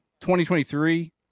2023